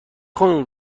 خانم